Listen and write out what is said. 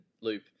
loop